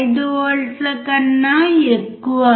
5 వోల్ట్ల కన్నా ఎక్కువ